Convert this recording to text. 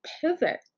pivot